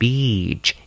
Beach